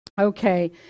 Okay